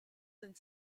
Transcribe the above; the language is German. sind